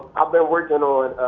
i've been working on,